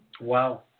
Wow